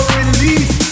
release